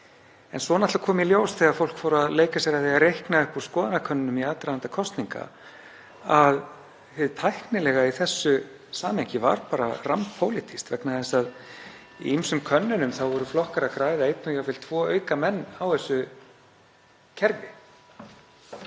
Svo kom í ljós þegar fólk fór að leika sér að því að reikna upp úr skoðanakönnunum í aðdraganda kosninga að hið tæknilega í þessu samhengi var bara rammpólitískt vegna þess að í ýmsum könnunum voru flokkar að græða einn og jafnvel tvo aukamenn á þessu kerfi.